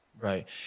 Right